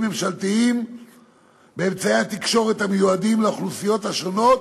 ממשלתיים באמצעי התקשורת המיועדים לאוכלוסיות השונות,